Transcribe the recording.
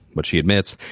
but, she admits,